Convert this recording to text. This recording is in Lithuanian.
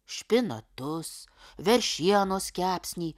špinatus veršienos kepsnį